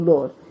Lord